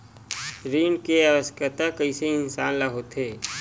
ऋण के आवश्कता कइसे इंसान ला होथे?